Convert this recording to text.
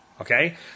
Okay